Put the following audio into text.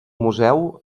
museu